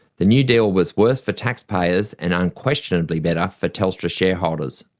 the new deal was worse for taxpayers and unquestionably better for telstra shareholders.